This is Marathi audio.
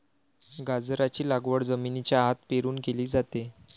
गाजराची लागवड जमिनीच्या आत पेरून केली जाते